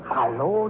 Hello